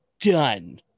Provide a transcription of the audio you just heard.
done